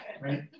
right